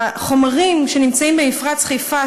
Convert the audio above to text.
החומרים שנמצאים במפרץ חיפה,